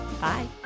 Bye